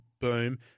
Boom